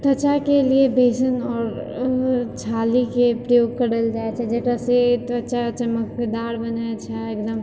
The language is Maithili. त्वचाके लिए बेसन आओर छालीके प्रयोग करल जाय छै जकरासँ त्वचा चमकदार बनय छै एकदम